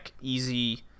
easy